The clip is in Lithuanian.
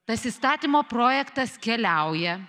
tas įstatymo projektas keliauja